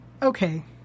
Okay